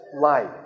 life